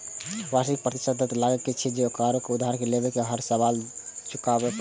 वार्षिक प्रतिशत दर ऊ लागत छियै, जे ककरो उधार लेबय लेल हर साल चुकबै पड़ै छै